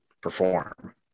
perform